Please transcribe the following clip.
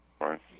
right